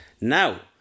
now